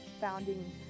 founding